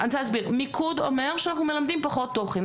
מיקוד אומר שאנחנו מלמדים פחות תוכן.